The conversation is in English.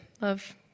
love